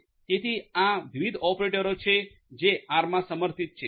તેથી આ વિવિધ ઓપરેટરો છે જે આરમાં સમર્થિત છે